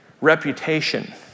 reputation